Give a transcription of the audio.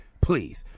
Please